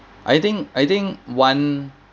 I think I think one